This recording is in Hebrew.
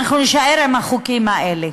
אנחנו נישאר עם החוקים האלה,